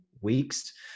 weeks